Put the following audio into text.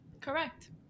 Correct